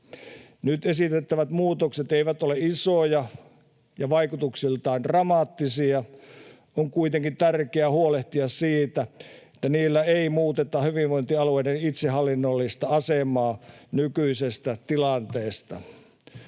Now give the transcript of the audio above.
Nyt esitettävät muutokset eivät ole isoja ja vaikutukseltaan dramaattisia. On kuitenkin tärkeää huolehtia siitä, että niillä ei muuteta hyvinvointialueiden itsehallinnollista asemaa nykyisestä tilanteesta.